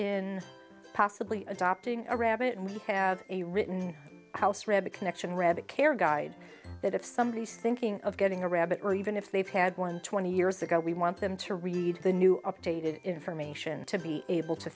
in possibly adopting a rabbit and we have a written house rabbit connection rabbit care guide that if somebody says thinking of getting a rabbit or even if they've had one twenty years ago we want them to read the new updated information to be able to